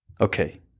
Okay